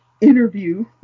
interview